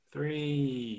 Three